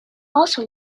also